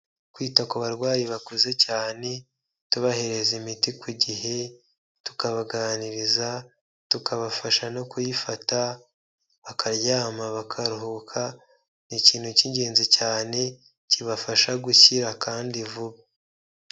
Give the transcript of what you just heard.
Kwita ku barwayi bakuze cyane tubahereza imiti ku gihe tukabaganiriza tukabafasha no kuyifata bakaryama bakaruhuka ni ikintu cy'ingenzi cyane kibafasha gukira kandi vuba.